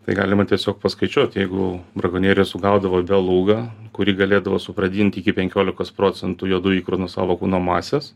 tai galima tiesiog paskaičiuot jeigu brakonierius sugaudavo belugą kuri galėdavo subrandint iki penkiolikos procentų juodų ikrų nuo savo kūno masės